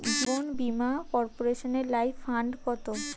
জীবন বীমা কর্পোরেশনের life fund কত?